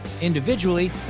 individually